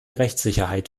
rechtssicherheit